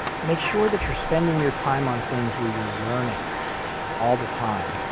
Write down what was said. make sure that you're spending your time on things where you're learning all the time,